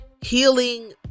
healing